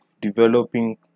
developing